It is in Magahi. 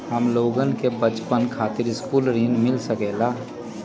हमलोगन के बचवन खातीर सकलू ऋण मिल सकेला?